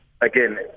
again